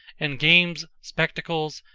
and games, spectacles,